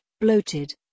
bloated